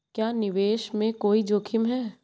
क्या निवेश में कोई जोखिम है?